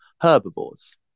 herbivores